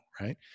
right